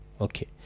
okay